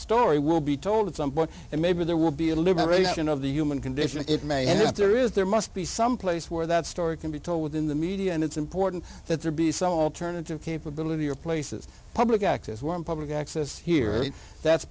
story will be told at some point and maybe there will be a liberation of the human condition it may end up there is there must be some place where that story can be told in the media and it's important that there be some alternative capability or places public access one public access here that's